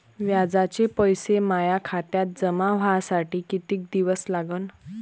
व्याजाचे पैसे माया खात्यात जमा व्हासाठी कितीक दिवस लागन?